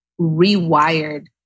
rewired